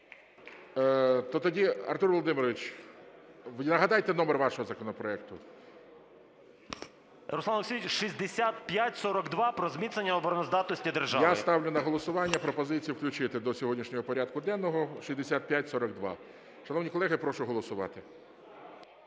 То тоді, Артуре Володимировичу, нагадайте номер вашого законопроекту. 11:43:36 ГЕРАСИМОВ А.В. Руслане Олексійовичу, 6542 про зміцнення обороноздатності держави. ГОЛОВУЮЧИЙ. Я ставлю на голосування пропозицію включити до сьогоднішнього порядку денного 6542. Шановні колеги, прошу голосувати.